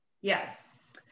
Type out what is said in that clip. Yes